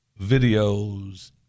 videos